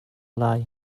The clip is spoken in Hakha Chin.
lai